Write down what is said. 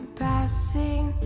passing